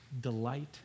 delight